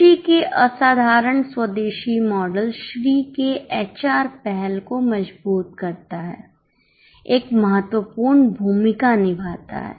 खुशी के असाधारण स्वदेशी मॉडल श्री के एचआर पहल कोमजबूत करता है एक महत्वपूर्ण भूमिका इत्यादि निभाता है